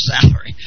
salary